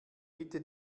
bitte